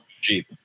jeep